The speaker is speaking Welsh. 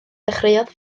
dechreuodd